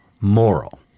moral